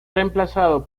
reemplazado